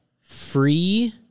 free